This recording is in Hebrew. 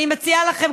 אני מציעה לכם,